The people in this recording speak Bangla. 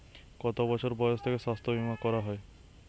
কত বছর বয়স থেকে স্বাস্থ্যবীমা করা য়ায়?